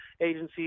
agencies